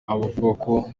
abavugwa